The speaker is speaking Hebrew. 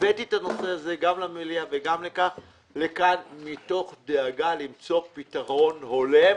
הבאתי את הנושא הזה גם למליאה וגם לכאן מתוך דאגה למציאת פתרון הולם.